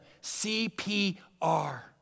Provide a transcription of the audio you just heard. C-P-R